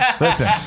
Listen